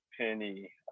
penny